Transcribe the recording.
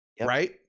right